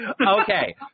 Okay